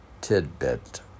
tidbit